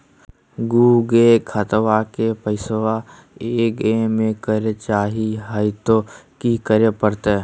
दू गो खतवा के पैसवा ए गो मे करे चाही हय तो कि करे परते?